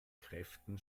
kräften